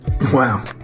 Wow